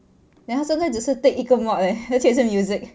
then 他现在只是 take 一个 mod leh 而且是 music